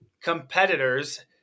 competitors